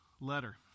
letter